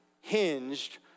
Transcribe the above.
hinged